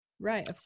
Right